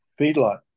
feedlot